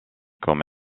comme